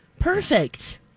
Perfect